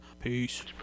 Peace